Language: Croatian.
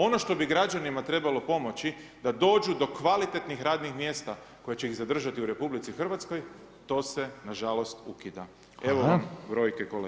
Ono što bi građanima trebalo pomoći da dođu do kvalitetnih radnih mjesta koja će iz zadržati u RH, to se, nažalost, ukida [[Upadica: Hvala]] Evo vam brojke kolege.